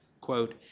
Quote